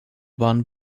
waren